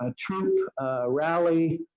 ah truth rally